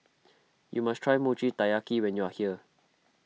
you must try Mochi Taiyaki when you are here